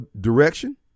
direction